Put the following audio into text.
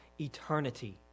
eternity